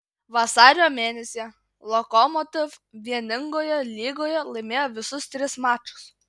vasario mėnesį lokomotiv vieningoje lygoje laimėjo visus tris mačus